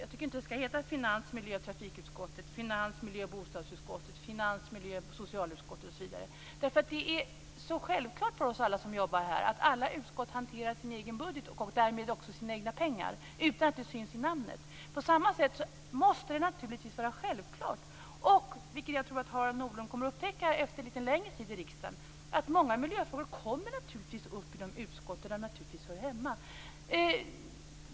Jag tycker inte att det skall heta finans-, miljö och trafikutskottet, finans-, miljöoch bostadsutskottet, finans-, miljö och socialutskottet osv. Det är så självklart för oss alla som jobbar här att alla utskott hanterar sin egen budget och därmed också sina egna pengar utan att det syns i namnet. Jag tror att Harald Nordlund efter en lite längre tid i riksdagen kommer att upptäcka att många miljöfrågor naturligtvis kommer upp i de utskott där de hör hemma.